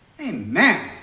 amen